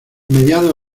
mediados